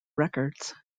records